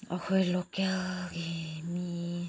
ꯑꯩꯈꯣꯏ ꯂꯣꯀꯦꯜꯒꯤ ꯃꯤ